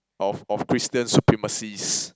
of of Christian supremacies